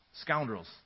scoundrels